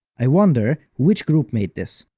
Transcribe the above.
i wonder which group made this,